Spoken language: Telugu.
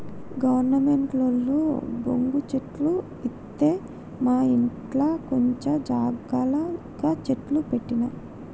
గవర్నమెంటోళ్లు బొంగు చెట్లు ఇత్తె మాఇంట్ల కొంచం జాగల గ చెట్లు పెట్టిన